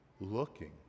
looking